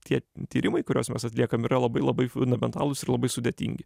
tie tyrimai kuriuos mes atliekam yra labai labai fundamentalūs ir labai sudėtingi